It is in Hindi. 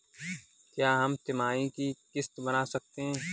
क्या हम तिमाही की किस्त बना सकते हैं?